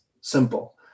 simple